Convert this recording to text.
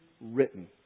written